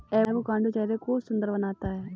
avocado चेहरे को सुंदर बनाता है